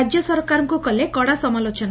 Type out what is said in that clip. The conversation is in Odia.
ରାଜ୍ୟ ସରକାରଙ୍କୁ କଲେ କଡ଼ା ସମାଲୋଚନା